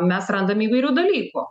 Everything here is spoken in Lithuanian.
mes randam įvairių dalykų